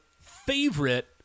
favorite